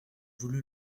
voulu